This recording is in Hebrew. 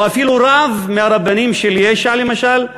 או אפילו רב מהרבנים של יש"ע, למשל,